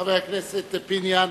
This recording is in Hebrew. חבר הכנסת פיניאן,